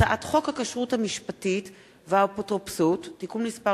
הצעת חוק הכשרות המשפטית והאפוטרופסות (תיקון מס'